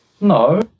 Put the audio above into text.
No